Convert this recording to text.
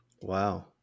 Wow